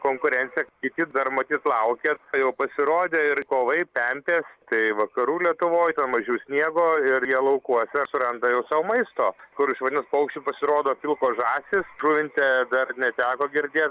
konkurencija kiti dar matyt laukia jau pasirodė ir kovai pempė kai vakarų lietuvoj ten mažiau miego ir jie laukuose suranda jau sau maisto kur iš vandens paukščių pasirodo pilkos žąsys žuvinte dar neteko girdėt